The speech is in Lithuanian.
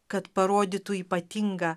kad parodytų ypatingą